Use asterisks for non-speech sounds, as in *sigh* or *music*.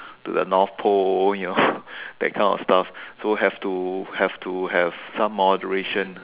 to the North pole you know *breath* that kind of stuff so have to have to have some moderation